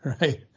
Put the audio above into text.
right